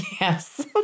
Yes